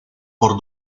por